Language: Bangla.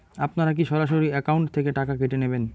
আপনারা কী সরাসরি একাউন্ট থেকে টাকা কেটে নেবেন?